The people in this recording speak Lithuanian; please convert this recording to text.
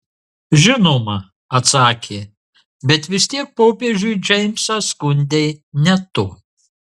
žinoma atsakė bet vis tiek popiežiui džeimsą skundei ne tu